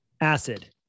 Acid